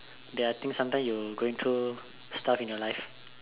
there are things sometimes you going through stuff in your life